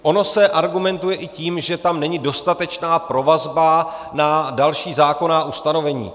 Ono se argumentuje i tím, že tam není dostatečná provazba na další zákonná ustanovení.